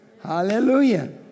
Hallelujah